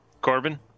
corbin